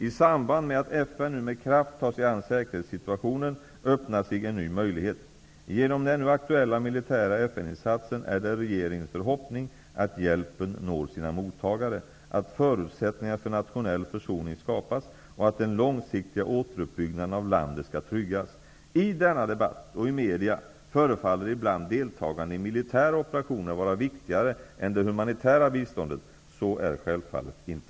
I samband med att FN nu med kraft tar sig an säkerhetssituationen öppnar sig en ny möjlighet. Genom den nu aktuella militära FN-insatsen är det regeringens förhoppning att hjälpen når sina mottagare, att förutsättningar för nationell försoning skapas och att den långsiktiga återuppbyggnaden av landet skall tryggas. I denna debatt och i media förefaller ibland deltagandet i militära operationer vara viktigare än det humanitära biståndet. Så är det självfallet inte.